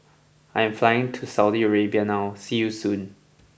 I am flying to Saudi Arabia now see you soon